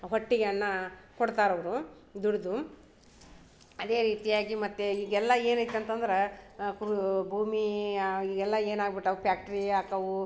ಹೊಟ್ಟೆಗೆ ಅನ್ನ ಕೊಡ್ತಾರೆ ಅವರು ದುಡ್ದು ಅದೇ ರೀತಿಯಾಗಿ ಮತ್ತು ಈಗೆಲ್ಲ ಏನೈತೆ ಅಂತಂದ್ರೆ ಕ್ರೂ ಭೂಮಿ ಈಗೆಲ್ಲ ಏನು ಆಗ್ಬಿಟ್ಟವ ಪ್ಯಾಕ್ಟ್ರಿ ಆಕ್ಕಾವು